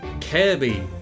Kirby